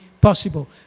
possible